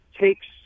takes –